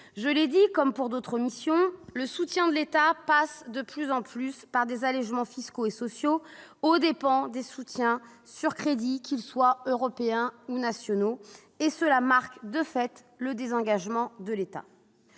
Je l'ai dit, comme pour d'autres missions, le soutien de l'État passe de plus en plus par des allégements fiscaux et sociaux, aux dépens des soutiens aux crédits, qu'ils soient européens ou nationaux, et cela marque, de fait, le désengagement de l'État.